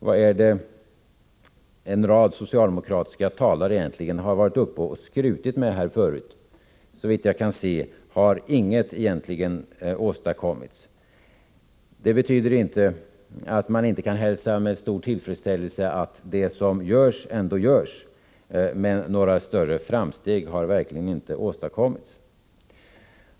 Vad är det som en rad socialdemokratiska talare egentligen har skrutit med här? Såvitt jag kan se har egentligen ingenting åstadkommits. Det betyder inte att vi inte kan hälsa med stor tillfredsställelse att det som görs ändå görs, men några större framsteg har verkligen inte åstadkommits.